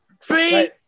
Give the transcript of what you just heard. Three